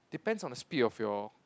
depends on the speed of your